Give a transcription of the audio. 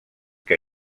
que